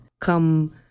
come